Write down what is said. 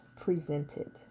presented